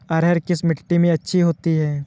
अरहर किस मिट्टी में अच्छी होती है?